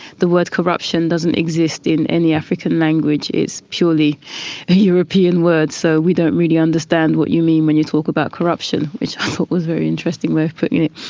the word corruption, doesn't exist in any african language it's purely a european word so we don't really understand what you mean when you talk about corruption, which i thought was a very interesting way of putting it.